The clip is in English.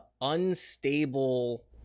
unstable